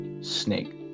Snake